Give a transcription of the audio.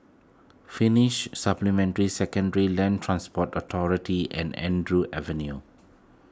Finnish Supplementary Secondary Land Transport Authority and Andrew Avenue